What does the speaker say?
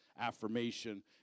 affirmation